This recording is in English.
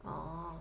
orh